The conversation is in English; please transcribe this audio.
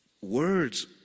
Words